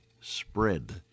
spread